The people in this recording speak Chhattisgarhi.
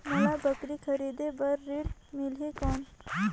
मोला बकरी खरीदे बार ऋण मिलही कौन?